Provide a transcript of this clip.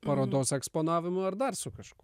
parodos eksponavimu ar dar su kažkuo